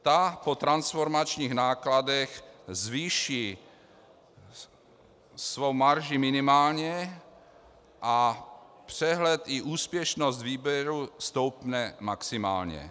Ta po transformačních nákladech zvýší svou marži minimálně a přehled i úspěšnost výběru stoupne maximálně.